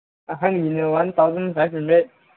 ꯑꯍꯟꯒꯤꯅ one thousand five hundred